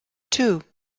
two